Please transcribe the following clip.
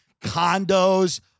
condos